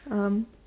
um